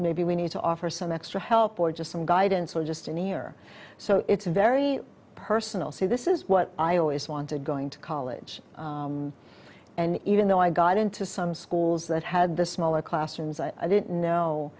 maybe we need to offer some extra help or just some guidance or just an ear so it's very personal so this is what i always wanted going to college and even though i got into some schools that had the smaller classrooms i didn't know